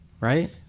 right